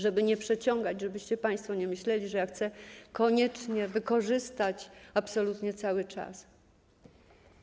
Żeby nie przeciągać, żebyście państwo, nie myśleli, że chcę koniecznie wykorzystać absolutnie cały czas, powiem tak.